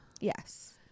Yes